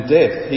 death